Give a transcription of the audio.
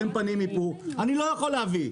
קרם פנים ואיפור אני לא יכול להביא.